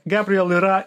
gabriel yra